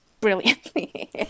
brilliantly